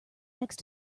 next